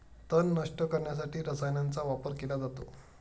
तण नष्ट करण्यासाठी रसायनांचा वापर केला जातो